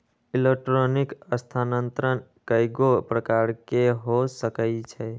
electronic स्थानान्तरण कएगो प्रकार के हो सकइ छै